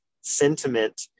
sentiment